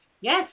Yes